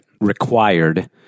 required